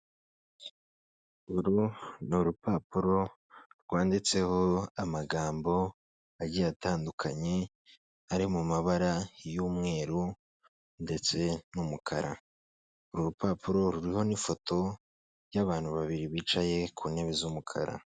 Uru ni urupapuro rwanditseho amagambo agiye atandukanye, ari mu mabara y'umweru ndetse n'umukara. Uru rupapuro ruriho n'ifoto y'abantu babiri bicaye ku ntebe z'umukara.